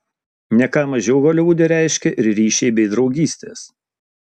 ne ką mažiau holivude reiškia ir ryšiai bei draugystės